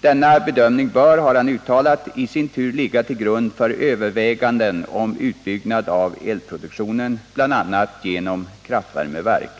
Denna bedömning bör, har han uttalat, i sin tur ligga till grund för överväganden om en utbyggnad av elproduktionen, bl.a. genom kraftvärmeverk.